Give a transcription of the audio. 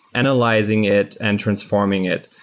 analyzing it and transforming it.